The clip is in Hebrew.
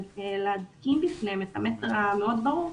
להדגים בפניהם את המסר המאוד ברור,